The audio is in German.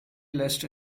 lässt